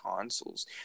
consoles